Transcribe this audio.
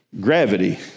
Gravity